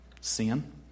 Sin